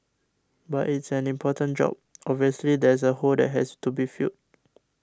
but it's an important job obviously there's a hole that has to be filled